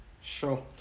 sure